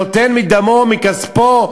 שנותן מדמו ומכספו,